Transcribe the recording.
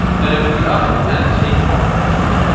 then open the oven and take off the top.